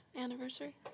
anniversary